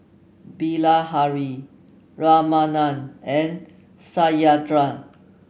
Bilahari Ramanand and Satyendra